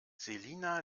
selina